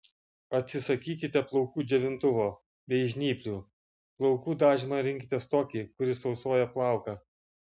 atsisakykite plaukų džiovintuvo bei žnyplių plaukų dažymą rinkitės tokį kuris tausoja plauką